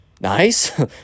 nice